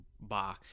Bah